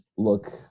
Look